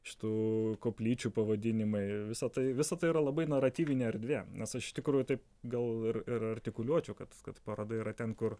šitų koplyčių pavadinimai visa tai visa tai yra labai naratyvinė erdvė nes aš iš tikrųjų taip gal ir ir artikuliuočiau kad kad paroda yra ten kur